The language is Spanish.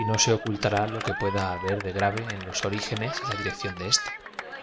y no ae ocultará lo que pueda haber de gra y e en los orígenes y la dirección de éste